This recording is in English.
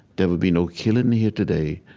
there will be no killing here today.